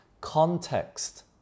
context